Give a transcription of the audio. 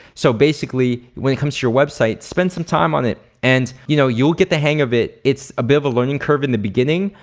so basically when it comes to your website, spend some time on it and you know you'll get the hang of it. it's a bit of a learning curve in the beginning,